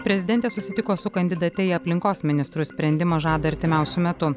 prezidentė susitiko su kandidate į aplinkos ministrus sprendimą žada artimiausiu metu